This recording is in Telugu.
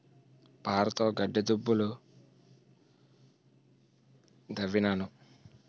పారతోగడ్డి దుబ్బులు దవ్వినాను